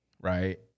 right